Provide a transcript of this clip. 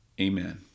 Amen